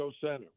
Center